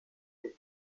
dress